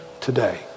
today